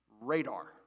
Radar